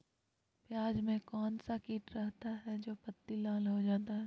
प्याज में कौन सा किट रहता है? जो पत्ती लाल हो जाता हैं